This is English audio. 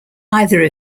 either